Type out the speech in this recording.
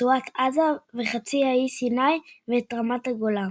רצועת עזה וחצי האי סיני ואת רמת הגולן.